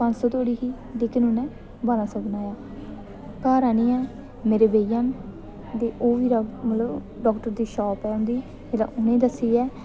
पंज सौ धोड़ी ही ते उन्नै बारां सौ बनाया घर आह्नियै मेरे भेइया न ओह् मतलब डाक्टर दी शाप ऐ अपनी ते उनें ई दस्सियै